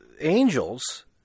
angels